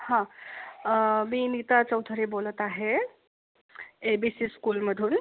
हा मी नीता चौधरी बोलत आहे ए बी सी स्कूलमधून